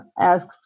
ask